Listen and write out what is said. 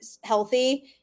healthy